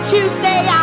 Tuesday